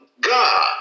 God